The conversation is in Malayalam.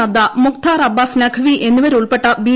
നുദ്ദ് മൂഖ്താർ അബ്ബാസ് നഖ്വി എന്നിവരുൾപ്പെട്ട ബി